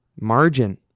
margin